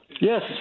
Yes